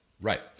right